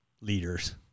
leaders